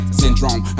syndrome